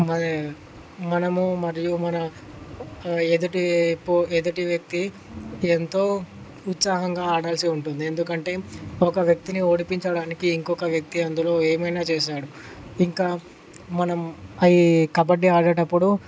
మనము మరియు మన ఎదుటి పో ఎదుటి వ్యక్తి ఎంతో ఉత్సాహంగా ఆడాల్సి ఉంటుంది ఎందుకంటే ఒక వ్యక్తిని ఓడించడానికి ఇంకొక వ్యక్తి అందులో ఏమైనా చేస్తాడు ఇంకా మనం అయ్యి కబడ్డీ ఆడేటప్పుడు